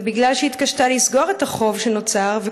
ומכיוון שהיא התקשתה לסגור את החוב שנוצר,